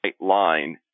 line